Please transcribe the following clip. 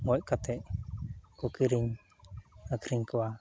ᱜᱚᱡ ᱠᱟᱛᱮᱫ ᱠᱚ ᱠᱤᱨᱤᱧᱼᱟᱹᱠᱷᱨᱤᱧ ᱠᱚᱣᱟ